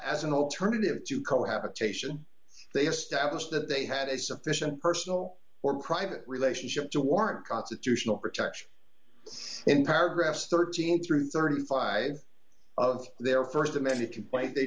as an alternative to cohabitation they established that they had a sufficient personal or private relationship to warrant constitutional protection in paragraphs thirteen through thirty five of their st amended complaint they